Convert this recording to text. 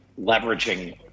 leveraging